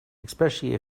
especially